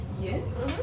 Yes